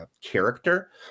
character